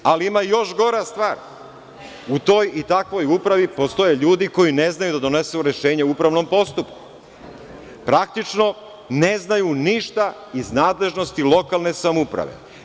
Ali, ima još gora stvar, u toj i takvoj upravi postoje ljudi koji ne znaju da donesu rešenje u upravnom postupku, praktično ne znaju ništa iz nadležnosti lokalne samouprave.